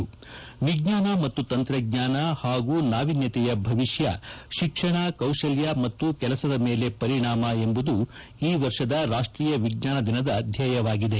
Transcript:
ವಿಜ್ವಾನ ಮತ್ತು ತಂತ್ರಜ್ವಾನ ಮತ್ತು ನಾವಿನ್ಯತೆಯ ಭವಿಷ್ಯ ಶಿಕ್ಷಣ ಕೌಶಲ್ಯ ಮತ್ತು ಕೆಲಸದ ಮೇಲೆ ಪರಿಣಾಮ ಎಂಬುದು ಈ ವರ್ಷದ ರಾಷ್ಟೀಯ ವಿಜ್ಞಾನ ದಿನದ ಧ್ಯೇಯವಾಗಿದೆ